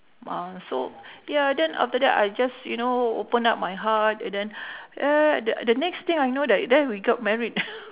ah so ya then after that I just you know open up my heart and then ya th~ the next thing I know that then we got married